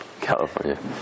California